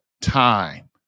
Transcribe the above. time